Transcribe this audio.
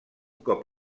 cop